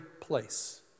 place